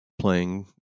playing